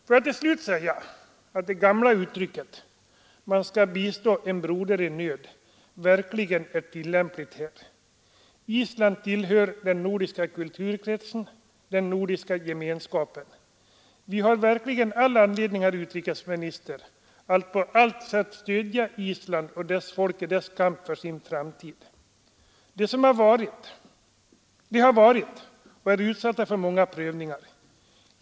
Får jag till slut säga att det gamla uttrycket, att man skall bistå en broder i nöd, verkligen är tillämpligt här. Island tillhör den nordiska kulturkretsen, den nordiska gemenskapen. Vi har verkligen all anledning, herr utrikesminister, att på allt sätt stödja Island och dess folk i dess kamp för sin framtid. Det har varit — och är — utsatt för många prövningar.